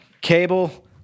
Cable